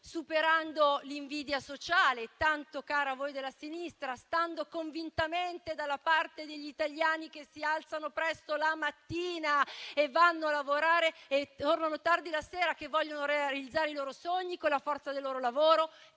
superando l'invidia sociale tanto cara a voi della sinistra, stando convintamente dalla parte degli italiani che si alzano presto la mattina per andare a lavorare e tornano tardi la sera, che vogliono realizzare i loro sogni con la forza del loro lavoro